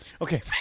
Okay